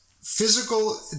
physical